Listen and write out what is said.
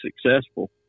successful